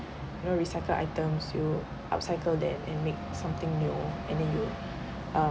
you know recycle items you out cycle them and make something new and then you um